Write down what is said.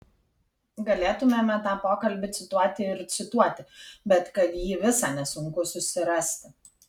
galėtumėme tą pokalbį cituoti ir cituoti bet kad jį visą nesunku susirasti